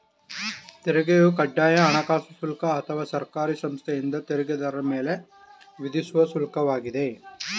ತೆರಿಗೆಯು ಕಡ್ಡಾಯ ಹಣಕಾಸು ಶುಲ್ಕ ಅಥವಾ ಸರ್ಕಾರಿ ಸಂಸ್ಥೆಯಿಂದ ತೆರಿಗೆದಾರರ ಮೇಲೆ ವಿಧಿಸುವ ಶುಲ್ಕ ವಾಗಿದೆ